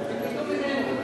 שילמדו ממנו.